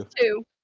two